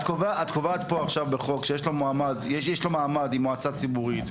את קובעת פה עכשיו בחוק שיש לו מעמד של מועצה ציבורית.